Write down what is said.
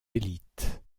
élites